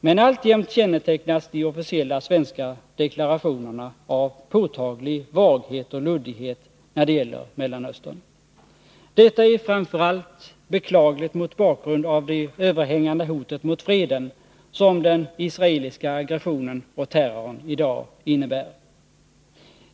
Men alltjämt kännetecknas de officiella svenska deklarationerna av påtaglig vaghet och luddighet när det gäller Mellanöstern. Detta är framför allt beklagligt mot bakgrund av det överhängande hot mot freden som den israeliska aggressionen och terrorn i dag innebär.